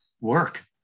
work